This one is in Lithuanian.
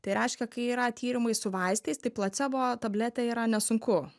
tai reiškia kai yra tyrimai su vaistais tai placebo tabletę yra nesunku